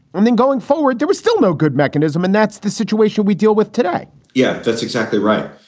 i think going forward, there was still no good mechanism. and that's the situation we deal with today yes. that's exactly right.